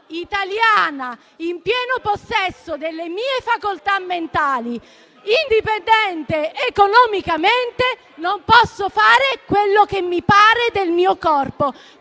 italiana, in pieno possesso delle mie facoltà mentali, indipendente economicamente, non posso fare quello che mi pare del mio corpo: